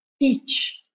teach